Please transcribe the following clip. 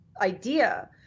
idea